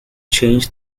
changed